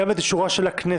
גם את אישורה של הכנסת,